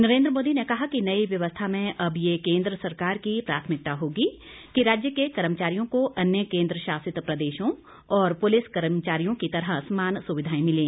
नरेंद्र मोदी ने कहा कि नयी व्यवस्था में अब यह केन्द्र सरकार की प्राथमिकता होगी कि राज्य के कर्मचारियों को अन्य केन्द्र शासित प्रदेशों और पुलिस कर्मचारियों की तरह समान सुविधाएं मिलें